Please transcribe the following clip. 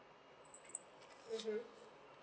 mmhmm